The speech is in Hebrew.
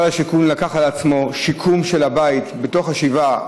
משרד השיכון לקח על עצמו את השיקום של הבית בתוך השבעה.